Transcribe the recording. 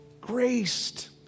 graced